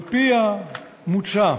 על-פי המוצע,